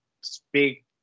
speak